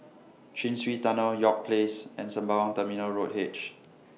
Chin Swee Tunnel York Place and Sembawang Terminal Road H